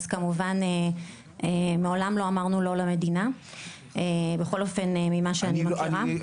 אז כמובן מעולם לא אמרנו לא למדינה בכל אופן ממה שאני מכירה.